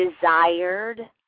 desired